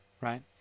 right